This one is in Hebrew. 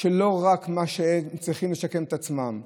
ולא רק למה שהיו צריכים לשקם את עצמם.